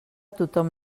tothom